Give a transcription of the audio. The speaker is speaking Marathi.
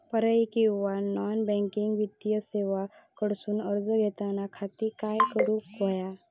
पर्यायी किंवा नॉन बँकिंग वित्तीय सेवा कडसून कर्ज घेऊच्या खाती काय करुक होया?